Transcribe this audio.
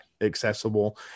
accessible